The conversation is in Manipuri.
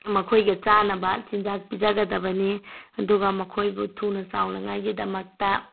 ꯃꯈꯣꯏꯒ ꯆꯥꯟꯅꯕ ꯆꯤꯟꯖꯥꯛ ꯄꯤꯖꯒꯗꯕꯅꯤ ꯑꯗꯨꯒ ꯃꯈꯣꯏꯕꯨ ꯊꯨꯅ ꯆꯥꯎꯅꯉꯥꯏꯒꯤꯗꯃꯛꯇ